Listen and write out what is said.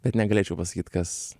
bet negalėčiau pasakyt kas